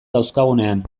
dauzkagunean